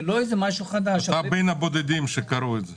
זה לא משהו חדש --- אתה בין הבודדים שקראו את זה.